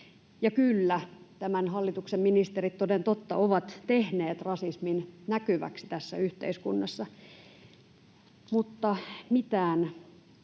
ja kyllä tämän hallituksen ministerit toden totta ovat tehneet rasismin näkyväksi tässä yhteiskunnassa, mutta mitään